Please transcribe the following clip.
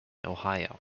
ohio